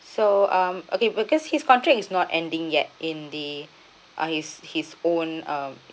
so um okay because his contract is not ending yet in the uh his his own um